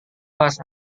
kelas